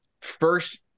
first